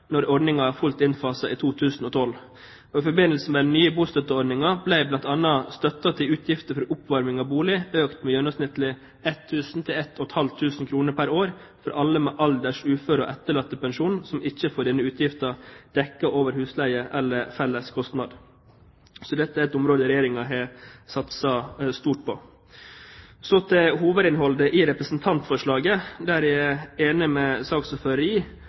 når ordningen er fullt innfaset i 2012. I forbindelse med den nye bostøtteordningen ble bl.a. støtten til utgifter for oppvarming av bolig økt med gjennomsnittlig 1 000–1 500 kr pr. år for alle med alders-, uføre og etterlattepensjon som ikke får denne utgiften dekket over husleie eller felleskostnad. Så dette er et område Regjeringen har satset stort på. Så til hovedinnholdet i representantforslaget. Jeg er enig med saksordføreren i